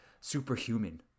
superhuman